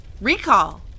Recall